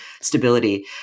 stability